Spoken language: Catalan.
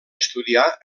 estudiar